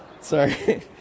Sorry